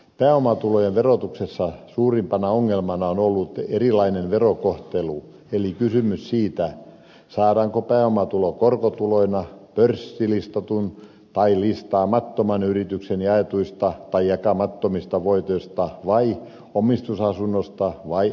pääomatulojen verotuksessa suurimpana ongelmana on ollut erilainen verokohtelu eli kysymys siitä saadaanko pääomatulo korkotuloina pörssilistatun tai listaamattoman yrityksen jaetuista tai jakamattomista voitoista vai omistusasunnosta vai eläkesäästämisestä